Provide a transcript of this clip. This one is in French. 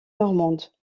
normandes